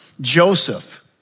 Joseph